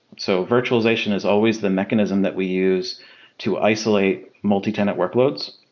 so virtualization is always the mechanism that we use to isolate multitenant workloads.